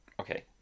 okay